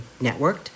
networked